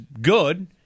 good